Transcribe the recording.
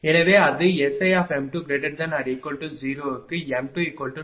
எனவே அது SIm2≥0 க்கு m223NB